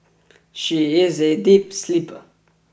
she is a deep sleeper